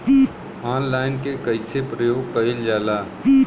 Online के कइसे प्रयोग कइल जाला?